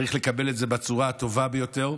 צריך לקבל את זה בצורה הטובה ביותר.